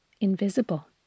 invisible